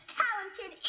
talented